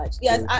Yes